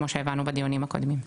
כמו שהבנו בדיונים הקודמים.